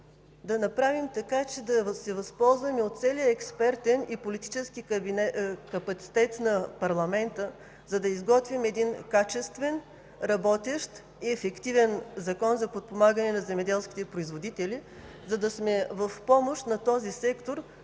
да направим така, че да се възползваме от целия експертен и политически капацитет на парламента, за да изготвим един качествен, работещ и ефективен Закон за подпомагане на земеделските производители, за да сме в помощ на този сектор,